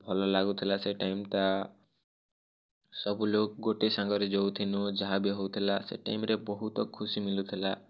ଭଲ ଲାଗୁଥିଲା ସେ ଟାଇମ୍ଟା ସବୁ ଲୋକ୍ ଗୋଟେ ସାଙ୍ଗରେ ଯାଉଁ ଥିଲୁଁ ଯାହା ବି ହଉ ଥିଲା ସେ ଟାଇମ୍ରେ ବହୁତ ଖୁସି ମିଳୁଥିଲା